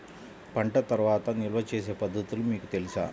పంట తర్వాత నిల్వ చేసే పద్ధతులు మీకు తెలుసా?